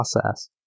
process